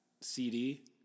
CD